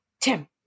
tim